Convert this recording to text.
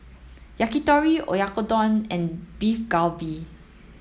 Yakitori Oyakodon and Beef Galbi